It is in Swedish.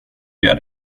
gör